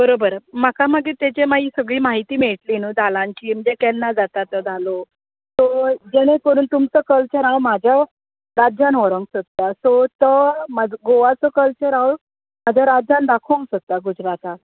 बरोबर म्हाका मागीर ताचे मागीर म्हायती मेळटली न्हय धालांची म्हणजे केन्ना जाता तो धालो जेणे करून तुमचो कल्चर हांव म्हज्या राज्यांत व्हरोंक सोदतां सो तो गोवाचो कल्चर हांव म्हज्या राज्यांत दाखोवंक सोदता गुजराताक